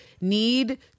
need